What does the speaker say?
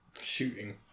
Shooting